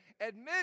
admit